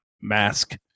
mask